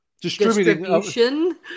distribution